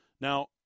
Now